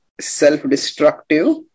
self-destructive